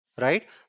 Right